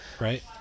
right